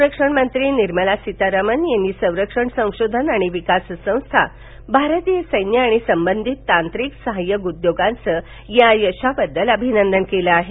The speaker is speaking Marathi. संरक्षण मंत्री निर्मला सीतारामन यांनी संरक्षण संशोधन आणि विकास संस्था भारतीय सैन्य आणि संबंधित तांत्रिक सहायक उद्योगांचं या यशाबद्दल अभिनंदन केलं आहे